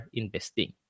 investing